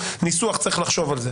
צריך לחשוב על ניסוח.